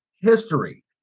history